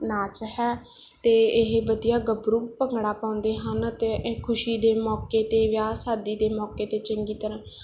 ਨਾਚ ਹੈ ਅਤੇ ਇਹ ਵਧੀਆ ਗੱਭਰੂ ਭੰਗੜਾ ਪਾਉਂਦੇ ਹਨ ਅਤੇ ਇਹ ਖੁਸ਼ੀ ਦੇ ਮੌਕੇ 'ਤੇ ਵਿਆਹ ਸ਼ਾਦੀ ਦੇ ਮੌਕੇ 'ਤੇ ਚੰਗੀ ਤਰ੍ਹਾਂ